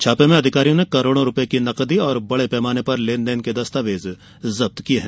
छापे में अधिकारियों ने करोड़ों रूपए की नकदी और बड़े पैमाने पर लेनदेन के दस्तावेज जब्त किए हैं